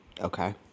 Okay